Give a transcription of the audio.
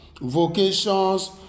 vocations